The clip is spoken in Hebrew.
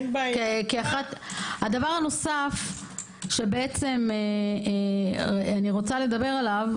הדבר הנוסף שאני רוצה לדבר עליו,